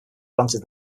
granted